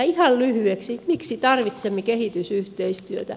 ihan lyhyesti miksi tarvitsemme kehitysyhteistyötä